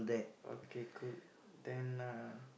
okay cool then uh